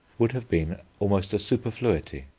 would have been almost a superfluity,